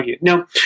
Now